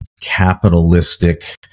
capitalistic